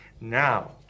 Now